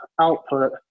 output